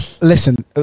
listen